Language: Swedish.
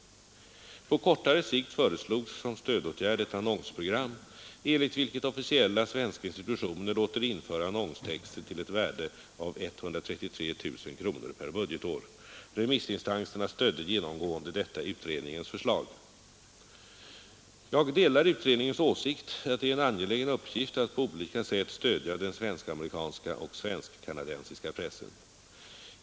På kortare sikt föreslogs som stödåtgärd ett annonsprogram enligt vilket officiella svenska institutioner låter införa annonstexter till ett värde av 133 000 kronor per budgetår. Remissinstanserna stödde genomgående detta utredningens förslag. Jag delar utredningens åsikt att det är en angelägen uppgift att på olika sätt stödja den svensk-amerikanska och svensk-kanadensiska pressen.